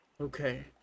okay